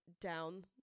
down